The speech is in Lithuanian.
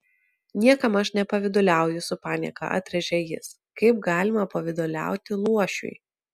niekam aš nepavyduliauju su panieka atrėžė jis kaip galima pavyduliauti luošiui